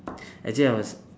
actually I was